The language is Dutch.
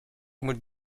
moet